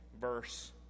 verse